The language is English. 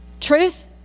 Truth